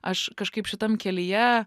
aš kažkaip šitam kelyje